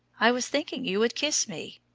i was thinking you would kiss me,